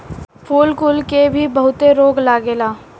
फूल कुल के भी बहुते रोग लागेला